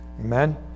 Amen